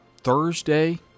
Thursday